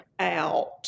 out